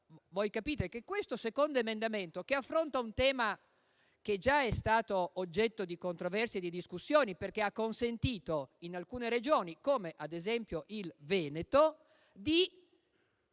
provvedimento. Questo secondo emendamento affronta un tema che già è stato oggetto di controversie e di discussioni perché ha consentito in alcune Regioni, come ad esempio il Veneto, di